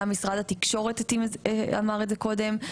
גם משרד התקשורת אמר את זה קודם,